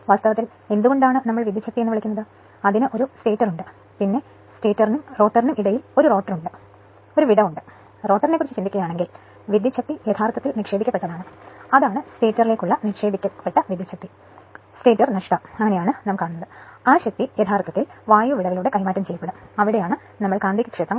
വാസ്തവത്തിൽ എന്തുകൊണ്ടാണ് നമ്മൾ വിദ്യുച്ഛക്തി എന്ന് വിളിക്കുന്നത് അതിന് ഒരു സ്റ്റേറ്റർ ഉണ്ട് പിന്നെ സ്റ്റേറ്ററിനും റോട്ടറിനും ഇടയിൽ ഒരു റോട്ടർ ഉണ്ട് ഒരു വിടവുണ്ട് റോട്ടറിനെക്കുറിച്ച് ചിന്തിക്കുകയാണെങ്കിൽ വിദ്യുച്ഛക്തി യഥാർത്ഥത്തിൽ നിക്ഷേപിക്കപ്പെട്ടതാണ് അതാണ് സ്റ്റേറ്ററിലേക്കുള്ള നിക്ഷേപിക്കപ്പെട്ട വിദ്യുച്ഛക്തി സ്റ്റേറ്റർ നഷ്ടം ആ ശക്തി യഥാർത്ഥത്തിൽ വായു വിടവിലൂടെ കൈമാറ്റം ചെയ്യപ്പെടും അവിടെയാണ് കാന്തികക്ഷേത്രം